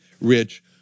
rich